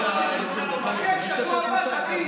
לשבת ולאפשר לשר המקשר לסיים את הדברים.